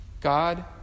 God